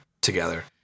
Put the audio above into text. together